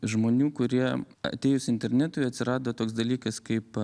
žmonių kurie atėjus internetui atsirado toks dalykas kaip